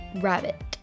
rabbit